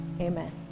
Amen